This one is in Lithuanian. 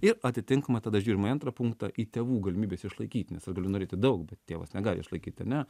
ir atitinkamai tada žiūrima į antrą punktą į tėvų galimybes išlaikyti nes aš galiu norėti daug bet tėvas negali išlaikyt ar ne